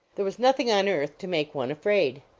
there was nothing on earth to make one afraid.